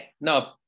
no